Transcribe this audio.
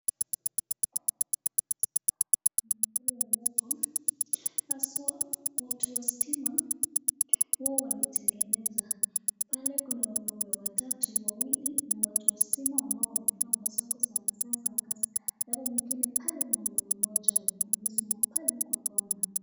Mahali ambapo haswa watu wa stima huwa wanatengeneza. Pale kuna wanaume wawili ni watu wasima ambao wamevaa nguo zako sare zao za kazi alafu pale ni mwanaume mmoja amesimama pale kwa Kona.